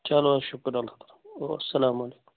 چَلو حَظ شُکُر اَللّہ تعالٰہس اسلام وعلیکُم